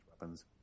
weapons